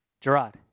Gerard